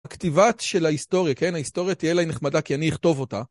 הכתיבה של ההיסטוריה, כן ההיסטוריה תהיה אלי נחמדה כי אני אכתוב אותה.